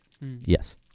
Yes